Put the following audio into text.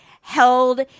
held